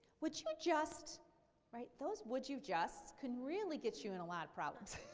would you just right, those would you just can really get you in a lot of problems.